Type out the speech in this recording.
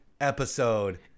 episode